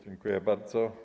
Dziękuję bardzo.